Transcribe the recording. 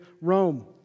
Rome